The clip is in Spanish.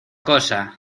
cosa